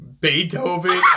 beethoven